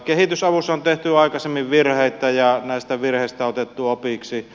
kehitysavussa on tehty aikaisemmin virheitä ja näistä virheistä otettu opiksi